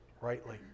rightly